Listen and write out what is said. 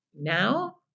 Now